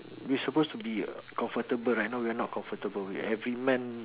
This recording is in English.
we supposed to be uh comfortable right now we not comfortable we every month